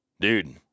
dude